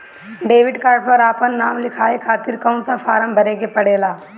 Debit card पर आपन नाम लिखाये खातिर कौन सा फारम भरे के पड़ेला?